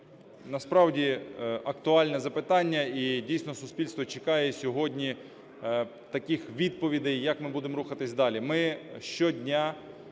Насправді актуальне запитання. І, дійсно, суспільство чекає сьогодні таких відповідей, як ми будемо рухатись далі.